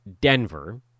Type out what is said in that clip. Denver